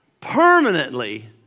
permanently